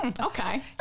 okay